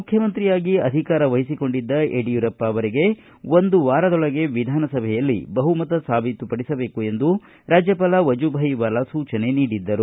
ಮುಖ್ಯಮಂತ್ರಿಯಾಗಿ ಅಧಿಕಾರ ವಹಿಸಿಕೊಂಡಿದ್ದ ಯಡಿಯೂರಪ್ಪ ಅವರಿಗೆ ಒಂದು ವಾರದೊಳಗೆ ವಿಧಾನಸಭೆಯಲ್ಲಿ ಬಹುಮತ ಸಾಬೀತು ಪಡಿಸಬೇಕು ಎಂದು ರಾಜ್ಯಪಾಲ ವಜುಬಾಯ್ ವಾಲಾ ಸೂಚನೆ ನೀಡಿದ್ದರು